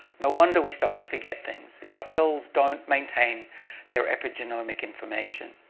no wonder we start to forget things if our cells don't maintain their epigenomic information.